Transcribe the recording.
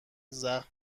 زخم